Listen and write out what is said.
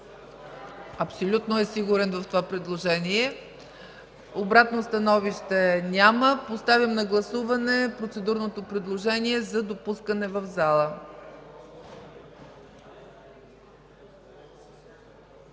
Абсолютно е сигурен в това предложение. Обратно становище? Няма. Поставям на гласуване процедурното предложение за допускане в залата.